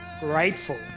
grateful